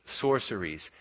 sorceries